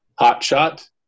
hotshot